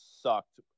sucked